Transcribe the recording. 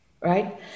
right